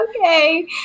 okay